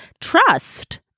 trust